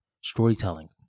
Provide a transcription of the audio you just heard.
storytelling